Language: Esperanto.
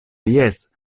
jes